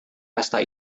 pesta